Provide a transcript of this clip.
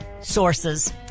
sources